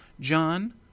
John